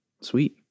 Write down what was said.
Sweet